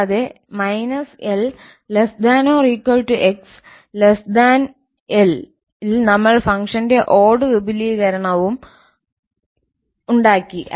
കൂടാതെ −𝐿 ≤ 𝑥 𝐿 ൽ നമ്മൾ ഫംഗ്ഷന്റെ ഓട് വിപുലീകരണം ഉണ്ടാക്കി